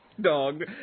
Dog